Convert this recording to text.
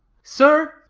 sir,